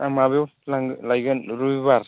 आं माबायाव लायगोन रबिबार